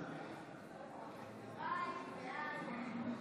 בעד אביגדור ליברמן,